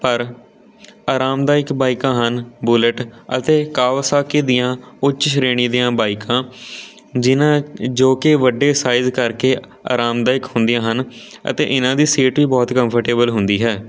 ਪਰ ਆਰਾਮਦਾਇਕ ਬਾਈਕਾਂ ਹਨ ਬੁਲੇਟ ਅਤੇ ਕਾਓਸਾਕੀ ਦੀਆਂ ਉੱਚ ਸ਼੍ਰੇਣੀ ਦੀਆਂ ਬਾਈਕਾਂ ਜਿਨ੍ਹਾਂ ਜੋ ਕਿ ਵੱਡੇ ਸਾਈਜ਼ ਕਰਕੇ ਆਰਾਮਦਾਇਕ ਹੁੰਦੀਆਂ ਹਨ ਅਤੇ ਇਹਨਾਂ ਦੀ ਸੀਟ ਵੀ ਬਹੁਤ ਕੰਫਰਟੇਬਲ ਹੁੰਦੀ ਹੈ